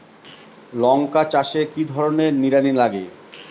লঙ্কা চাষে কি ধরনের নিড়ানি লাগে?